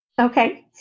Okay